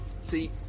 see